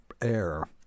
air